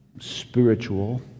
spiritual